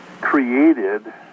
created